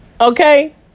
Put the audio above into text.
Okay